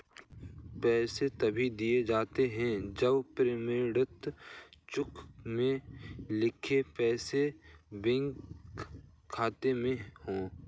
पैसे तभी दिए जाते है जब प्रमाणित चेक में लिखे पैसे बैंक खाते में हो